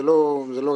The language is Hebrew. זה לא רלוונטי.